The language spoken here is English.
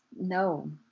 no